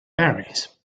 berries